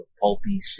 pulpy